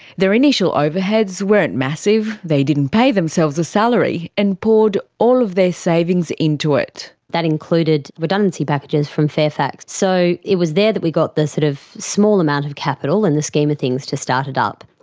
their initial overheads weren't massive. they didn't pay themselves a salary, and poured all of their savings into it. that included redundancy packages from fairfax. so it was there that we got the sort of small amount of capital, in the scheme of things, to start it up.